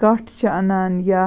کَٹھ چھِ اَنان یا